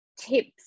tips